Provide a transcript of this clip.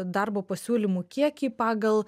darbo pasiūlymų kiekį pagal